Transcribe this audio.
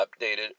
updated